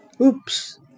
Oops